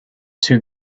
two